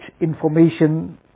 information